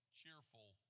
cheerful